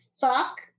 fuck